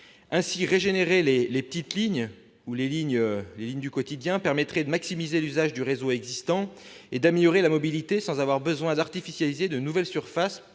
Ainsi, régénérer les petites lignes, les lignes du quotidien, permettrait de maximiser l'usage du réseau existant et d'améliorer la mobilité sans avoir besoin d'artificialiser de nouvelles surfaces